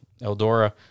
Eldora